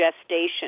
gestation